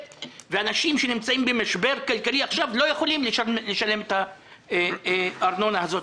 ואנשים שנמצאים במשבר כלכלי לא יכולים לשלם את הארנונה הזאת,